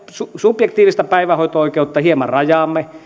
subjektiivista päivähoito oikeutta hieman rajaamme